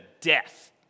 death